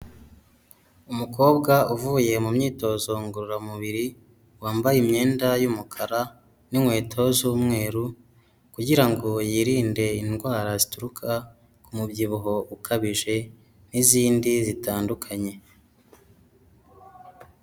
Umukobwa uvuye mu myitozo ngororamubiri, wambaye imyenda y'umukara n'inkweto z'umweru, kugira ngo yirinde indwara zituruka ku mubyibuho ukabije n'izindi zitandukanye.